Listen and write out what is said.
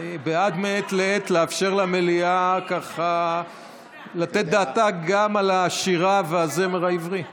אני בעד מעת לעת לאפשר למליאה לתת דעתה גם על השירה והזמר העברי.